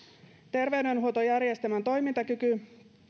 terveydenhuoltojärjestelmän toimintakyky